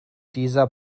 dieser